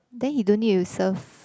then he don't need to serve